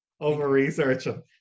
over-researching